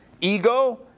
ego